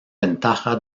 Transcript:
ventaja